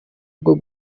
bwo